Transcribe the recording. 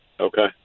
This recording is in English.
Okay